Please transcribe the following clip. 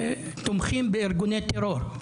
כתומכים בארגוני טרור,